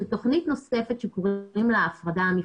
תכנית נוספת שקוראים לה הפרדה מפלסית.